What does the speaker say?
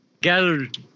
Gathered